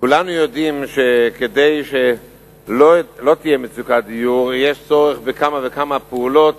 כולנו יודעים שכדי שלא תהיה מצוקת דיור יש צורך בכמה וכמה פעולות